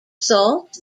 salt